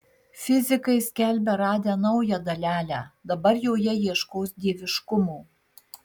fizikai skelbia radę naują dalelę dabar joje ieškos dieviškumo